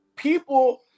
People